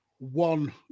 one